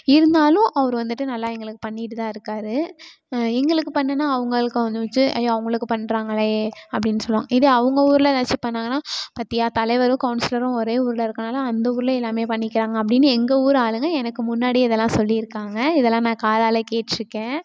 இருந்தாலும் அவரு வந்துட்டு நல்லா எங்களுக்கு பண்ணிகிட்டு தான் இருக்கார் எங்களுக்கு பண்ணினா அவங்காளுக்கு கோபம் வந்துடுச்சு ஐயோ அவங்களுக்கு பண்ணுறாங்களே அப்படின்னு சொல்வாங்க இதே அவங்க ஊரில் ஏதாச்சும் பண்ணிணாங்கன்னா பார்த்தியா தலைவரும் கவுன்சிலரும் ஒரே ஊரில் இருக்கிறனால அந்த ஊரிலயே எல்லாமே பண்ணிக்கிறாங்க அப்படின்னு எங்கள் ஊர் ஆளுங்கள் எனக்கு முன்னாடியே இதெல்லாம் சொல்லியிருக்காங்க இதெல்லாம் நான் காதால் கேட்டிருக்கேன்